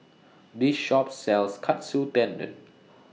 This Shop sells Katsu Tendon